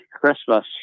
Christmas